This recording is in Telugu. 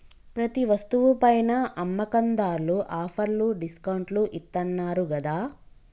ప్రతి వస్తువు పైనా అమ్మకందార్లు ఆఫర్లు డిస్కౌంట్లు ఇత్తన్నారు గదా